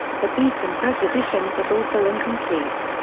the beacon press edition was also incomplete.